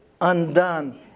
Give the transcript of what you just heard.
undone